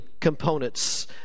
components